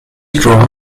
draw